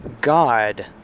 God